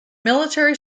military